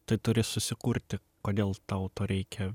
tai turi susikurti kodėl tau to reikia